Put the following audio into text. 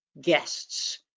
guests